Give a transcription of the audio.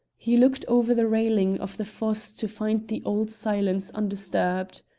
he looked over the railing of the fosse to find the old silence undisturbed.